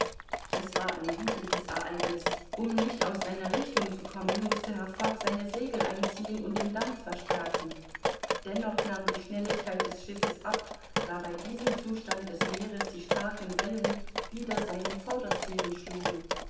es war ein widriges ereigniß um nicht aus seiner richtung zu kommen mußte herr fogg seine segel einziehen und den dampf verstärken dennoch nahm die schnelligkeit des schiffes ab da bei diesem zustand des meeres die starken wellen wider seinen vordersteven schlugen